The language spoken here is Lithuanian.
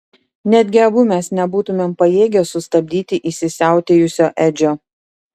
netgi abu mes nebūtumėm pajėgę sustabdyti įsisiautėjusio edžio